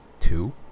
two